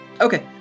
Okay